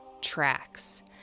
tracks